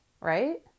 right